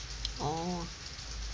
orh